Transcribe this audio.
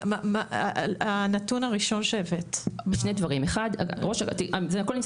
הנתון הראשון שהבאת --- זה הכול נמצא